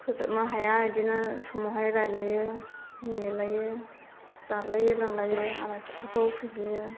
फोजोबनो हाया बेदिनो समावहाय रायज्लायो मिनिलायो जालायो लोंलायो आलासिफोरखौ फुजियो